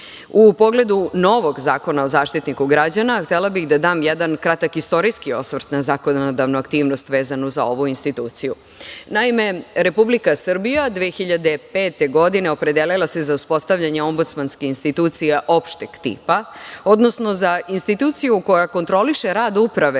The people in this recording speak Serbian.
U pogledu novog Zakona o Zaštitniku građana, htela bih da dam jedan kratak istorijski osvrt na zakonodavnu aktivnost vezano za ovu instituciju. Naime, Republika Srbija 2005. godine opredelila se za uspostavljanje ombudsmanskih institucija opšteg tipa, odnosno za instituciju koja kontroliše rad uprave